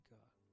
God